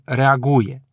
reaguje